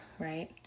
right